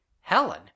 Helen